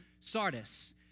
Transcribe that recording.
Sardis